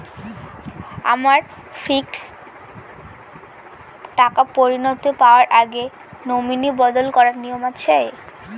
আমার ফিক্সড টাকা পরিনতি পাওয়ার আগে নমিনি বদল করার নিয়ম আছে?